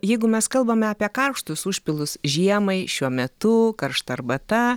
jeigu mes kalbame apie karštus užpilus žiemai šiuo metu karšta arbata